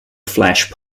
flesh